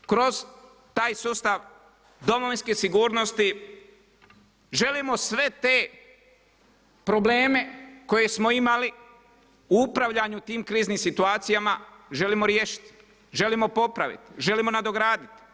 Zato kroz taj sustav domovinske sigurnosti želimo sve te probleme koje smo imali u upravljanju tim kriznim situacijama želimo riješiti, želimo popraviti, želimo nadograditi.